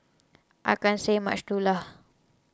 I can't say much too lah